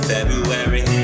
February